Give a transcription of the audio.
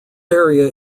area